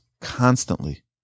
constantly